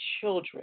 children